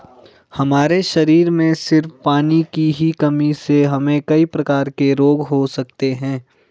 हमारे शरीर में सिर्फ पानी की ही कमी से हमे कई प्रकार के रोग हो सकते है